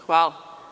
Hvala.